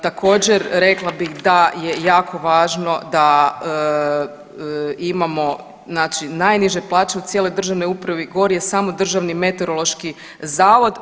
Također rekla bih da je jako važno da imamo znači najniže plaće u cijeloj državnoj upravi, gori je samo Državni meteorološki zavod.